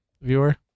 viewer